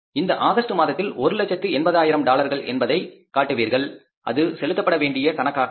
இந்த ஆகஸ்ட் மாதத்தில் ஒரு லட்சத்து 80 ஆயிரம் டாலர்கள் என்பதை காட்டுவீர்கள் அது செலுத்தப்பட வேண்டிய கணக்காக இருக்கும்